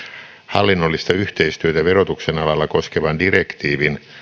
hallinnollista yhteistyötä verotuksen alalla koskevan direktiivin